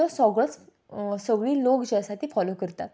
तो सगळोच सगळी लोक जी आसा ती फोलो करतात